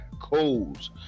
codes